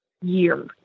year